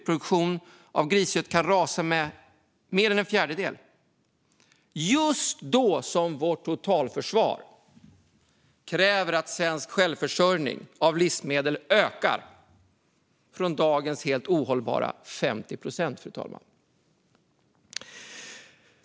Produktionen av griskött kan rasa med mer än en fjärdedel. Detta sker just då vårt totalförsvar kräver att svensk självförsörjning av livsmedel ökar från dagens helt ohållbara 50 procent.